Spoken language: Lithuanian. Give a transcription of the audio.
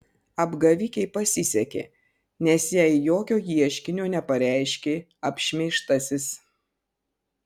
apgavikei pasisekė nes jai jokio ieškinio nepareiškė apšmeižtasis